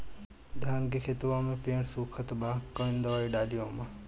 धान के खेतवा मे पेड़ सुखत बा कवन दवाई डाली ओमे?